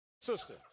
sister